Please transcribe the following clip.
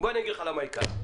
בוא אגיד לך למה יקרה,